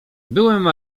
byłem